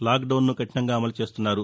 లాక్డౌన్ను కఠినంగా అమలు చేస్తున్నారు